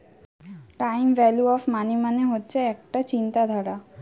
time value of money মানে হচ্ছে একটা চিন্তাধারা